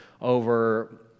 over